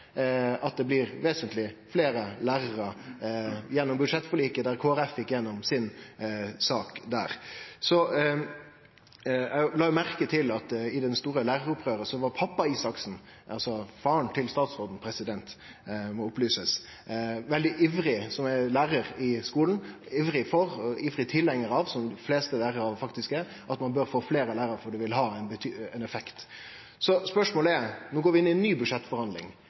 at det blir vesentleg fleire lærarar gjennom budsjettforliket, der Kristeleg Folkeparti fekk gjennom si sak. Eg la merke til at i det store læraropprøret var pappa Isaksen, altså far til statsråden, som er lærar i skulen, veldig ivrig tilhengar av – som dei fleste lærarar faktisk er – at ein bør få fleire lærarar fordi det vil ha ein effekt. Så spørsmålet er: Nå går vi inn i ei ny budsjettforhandling.